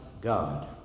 God